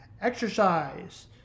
Exercise